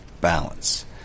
balance